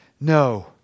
No